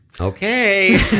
Okay